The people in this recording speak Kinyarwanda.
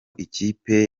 ikipe